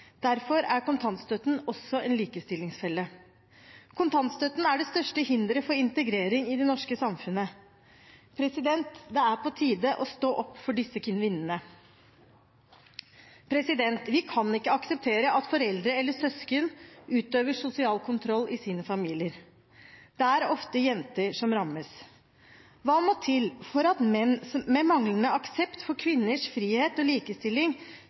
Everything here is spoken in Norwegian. Derfor er kontantstøtten også en likestillingsfelle. Kontantstøtten er det største hinderet for integrering i det norske samfunnet. Det er på tide å stå opp for disse kvinnene. Vi kan ikke akseptere at foreldre eller søsken utøver sosial kontroll i sine familier. Det er ofte jenter som rammes. Hva må til for at menn med manglende aksept for kvinners frihet og likestilling,